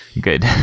Good